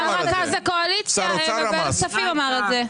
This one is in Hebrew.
גם מרכז הקואליציה בוועדת הכספים אמר את זה.